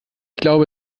glaube